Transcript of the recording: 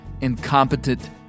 incompetent